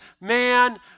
man